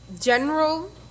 general